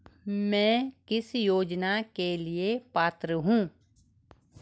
मैं किस योजना के लिए पात्र हूँ?